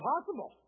impossible